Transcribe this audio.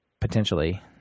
potentially